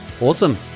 Awesome